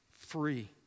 free